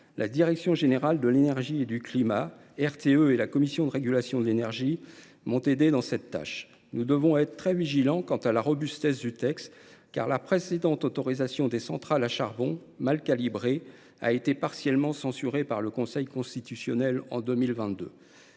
La direction générale de l’énergie et du climat (DGEC), RTE et la Commission de régulation de l’énergie (CRE) m’ont aidé dans cette tâche. Nous devons être très vigilants quant à la robustesse du texte, car la précédente autorisation des centrales à charbon, mal calibrée, a été partiellement censurée par le Conseil constitutionnel en 2022.